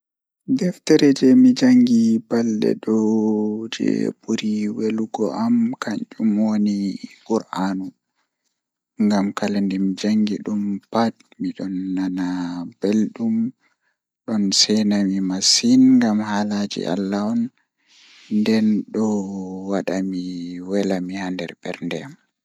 Deftere jei mi jangibabal do jei veli am masin kanjum woni qur, anu, Ngam kala ndse mi jangi dum pat midon nana beldum masin don sena mi masin ngam haalaaji allah on nden don wada mi wela mi haa nder bernde am.